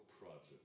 Project